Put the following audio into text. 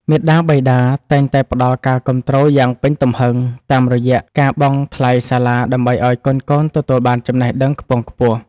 មាតាបិតាតែងតែផ្ដល់ការគាំទ្រយ៉ាងពេញទំហឹងតាមរយៈការបង់ថ្លៃសាលាដើម្បីឱ្យកូនៗទទួលបានចំណេះដឹងខ្ពង់ខ្ពស់។